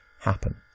happen